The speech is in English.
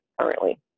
currently